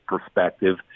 perspective